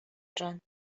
جان